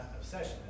obsession